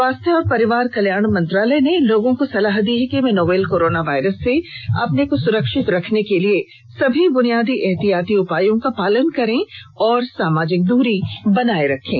स्वास्थ्य और परिवार कल्याण मंत्रालय ने लोगों को सलाह दी है कि वे नोवल कोरोना वायरस से अपने को सुरक्षित रखने के लिए सभी बुनियादी एहतियाती उपायों का पालन करें और सामाजिक दूरी बनाए रखें